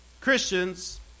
Christians